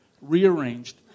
rearranged